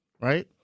right